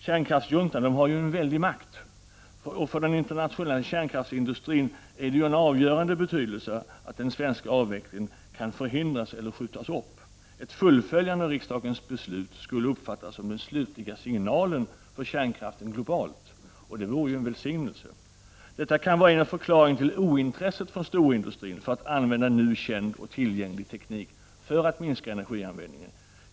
Kärnkraftsjuntan har ju en väldig makt, och för den internationella kärnkraftsindustrin är det av avgörande betydelse att den svenska avvecklingen kan förhindras eller skjutas upp. Ett fullföljande av riksdagens beslut skulle uppfattas som den slutliga signalen för kärnkraften globalt, och det vore ju en välsignelse. Detta kan vara en av förklaringarna till ointresset från storindustrin för att använda nu känd och tillgänglig teknik för att minska energianvändningen.